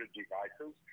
devices